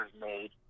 made